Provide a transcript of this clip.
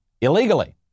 illegally